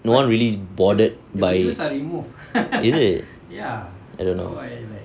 no one really bothered by is it I don't know